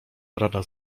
rada